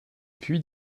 puis